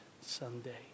someday